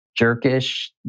jerkish